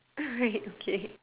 wait okay